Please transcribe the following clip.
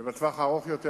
ובטווח הארוך יותר,